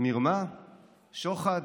מרמה, שוחד.